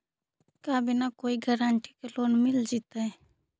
का बिना कोई गारंटी के लोन मिल जीईतै?